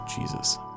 Jesus